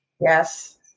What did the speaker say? Yes